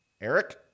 Eric